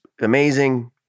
amazing